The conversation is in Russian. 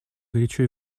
горячо